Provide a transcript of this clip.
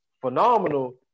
phenomenal